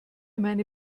meine